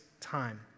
time